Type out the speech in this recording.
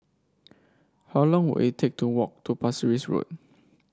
how long will it take to walk to Pasir Ris Road